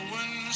one